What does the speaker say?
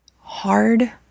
hard